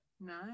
Nice